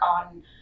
on